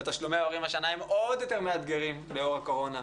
ותשלומי ההורים השנה הם עוד יותר מאתגרים לאור הקורונה.